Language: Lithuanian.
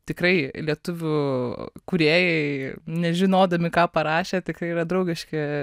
tikrai lietuvių kūrėjai nežinodami ką parašė tikrai yra draugiški